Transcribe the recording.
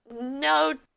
no